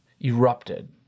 erupted